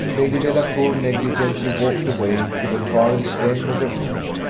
lady delacour negligently walked away to the farthest end of the room,